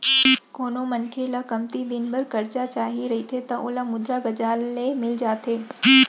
कोनो मनखे ल कमती दिन बर करजा चाही रहिथे त ओला मुद्रा बजार ले मिल जाथे